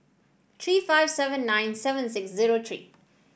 three five seven nine seven six zero three